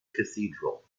cathedral